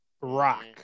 rock